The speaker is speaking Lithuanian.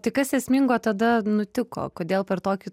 tai kas esmingo tada nutiko kodėl per tokį